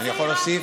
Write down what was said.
אני יכול להוסיף?